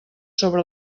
sobre